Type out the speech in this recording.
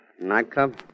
nightclub